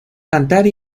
cantar